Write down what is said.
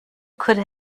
could